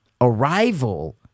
Arrival